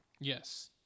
yes